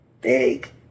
big